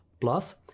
Plus